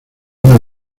una